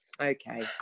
Okay